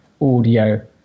audio